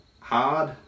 hard